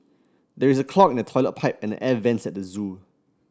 there is a clog in the toilet pipe and the air vents at the zoo